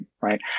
right